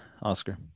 Oscar